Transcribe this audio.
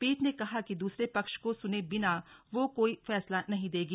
पीठ ने कहा कि दूसरे पक्ष को सुने बिना वह कोई फैसला नहीं देगी